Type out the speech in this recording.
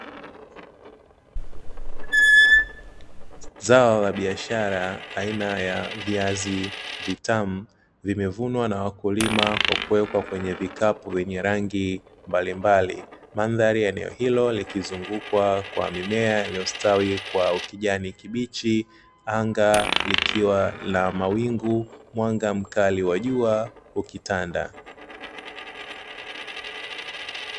Zao la biashara aina ya viazi vitamu vimevunwa na wakulima kwa kuwekwa kwenye vikapu vyenye rangi mbalimbali. Mandhari ya eneo hilo likizungukwa kwa mimea iliyostawi kwa ukijani kibichi anga likiwa la mawingu mwanga mkali wa jua ukitanda.